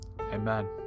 Amen